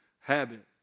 habit